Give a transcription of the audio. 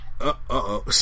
Uh-oh